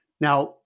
Now